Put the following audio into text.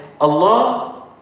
Allah